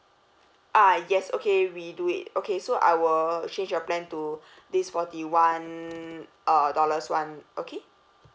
ah yes okay we do it okay so I will change your plan to this forty one uh dollars [one] okay